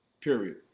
period